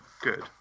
good